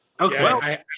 Okay